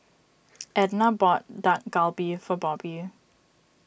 Edna bought Dak Galbi for Bobbi